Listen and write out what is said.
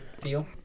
Feel